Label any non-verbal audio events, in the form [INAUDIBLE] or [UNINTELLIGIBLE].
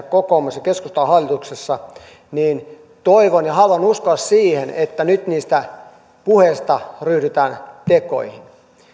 [UNINTELLIGIBLE] kokoomus ja keskusta ovat hallituksessa niin toivon ja haluan uskoa siihen että nyt niistä puheista ryhdytään tekoihin